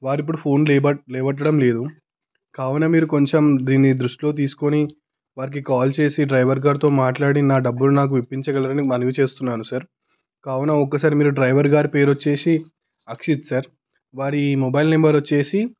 వారు ఇప్పుడు ఫోన్ లేపడం లేదు కావున మీరు కొంచెం దీన్ని దృష్టిలో తీసుకొని వారికి కాల్ చేసి డ్రైవర్ గారితో మాట్లాడి నా డబ్బులు నాకు ఇప్పించగలరని మనవి చేస్తున్నాను సర్ కావున ఒక్కసారి మీరు డ్రైవర్ గారి పేరు వచ్చేసి అక్షిత్ సార్ వారి మొబైల్ నెంబర్ వచ్చేసి